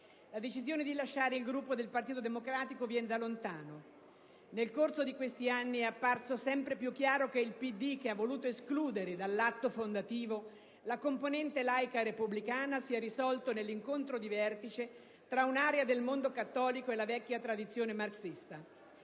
La decisione di lasciare il Gruppo del Partito Democratico viene da lontano. Nel corso di questi anni è apparso sempre più chiaro che il PD, che ha voluto escludere dall'atto fondativo la componente laica repubblicana, si è risolto nell'incontro di vertice tra un'area del mondo cattolico e la vecchia tradizione marxista.